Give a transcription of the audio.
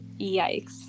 Yikes